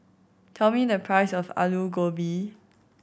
tell me the price of Aloo Gobi